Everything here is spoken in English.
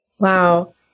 Wow